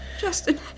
Justin